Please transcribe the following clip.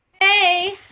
Hey